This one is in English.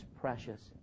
precious